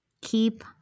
Keep